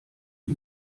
ihn